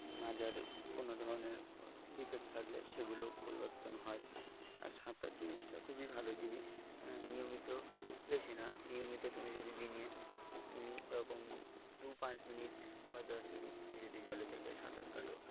মাজার কোনো ধরনের ডিফেক্ট থাকলে সেগুলো পরিবর্তন হয় আর সাঁতার জিনিসটা খুবই ভালো জিনিস হ্যাঁ নিয়মিত বেশি না নিয়মিত তুমি যদি দিনে ওরকম দু পাঁচ মিনিট বা দশ মিনিট তুমি যদি জলে থেকে সাঁতার কাটো